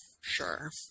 Sure